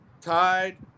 tied